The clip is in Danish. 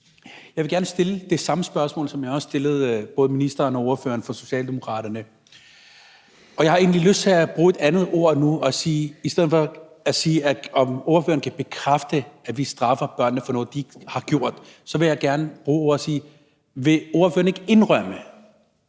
Jeg vil gerne stille det samme spørgsmål, som jeg også stillede til både ministeren og ordføreren for Socialdemokraterne, og jeg har egentlig lyst til at bruge et andet ordvalg nu. Så i stedet for at sige, om ordføreren kan bekræfte, at vi straffer børnene for noget, de ikke har gjort, vil jeg nu gerne bruge ordene: Vil ordføreren ikke indrømme,